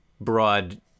broad